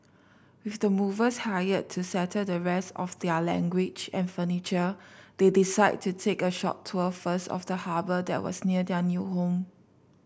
with the movers hired to settle the rest of their language and furniture they decided to take a short tour first of the harbour that was near their new home